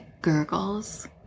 gurgles